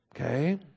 Okay